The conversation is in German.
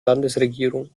landesregierung